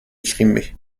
crimée